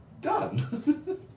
done